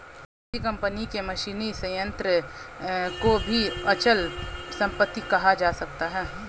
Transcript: किसी कंपनी के मशीनी संयंत्र को भी अचल संपत्ति कहा जा सकता है